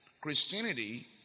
Christianity